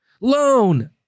Loan